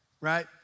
right